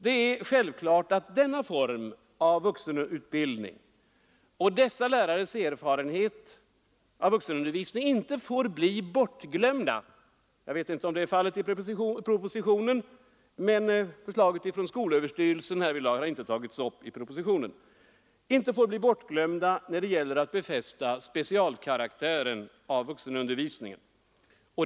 Det är självklart att denna form av vuxenutbildning och dessa lärares erfarenhet härav inte får glömmas bort — skolöverstyrelsens förslag på denna punkt har inte tagits upp i propositionen — när det gäller att befästa vuxenutbildningens specialkaraktär.